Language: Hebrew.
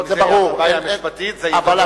זה ברור, אם זו בעיה משפטית, זה יידון בבית-המשפט.